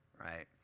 right